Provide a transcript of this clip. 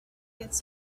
gets